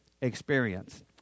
experience